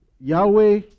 Yahweh